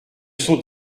sont